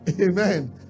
Amen